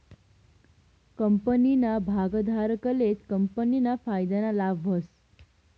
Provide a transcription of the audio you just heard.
कंपनीना भागधारकलेच कंपनीना फायदाना लाभ व्हस